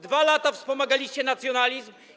2 lata wspomagaliście nacjonalizm.